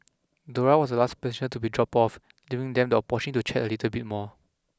Dora was the last passenger to be dropped off leaving them the abortion to chat a little bit more